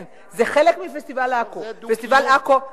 זה חלק מפסטיבל עכו.